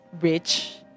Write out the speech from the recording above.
rich